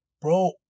bro